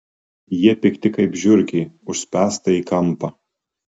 jie pikti kaip žiurkė užspęsta į kampą